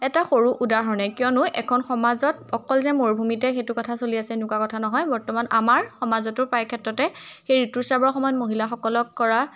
এটা সৰু উদাহৰণে কিয়নো এখন সমাজত অকল যে মৰুভূমিতে সেইটো কথা চলি আছে এনেকুৱা কথা নহয় বৰ্তমান আমাৰ সমাজতো প্ৰায় ক্ষেত্ৰতে সেই ঋতুস্ৰাৱৰ সময়ত মহিলাসকলক কৰা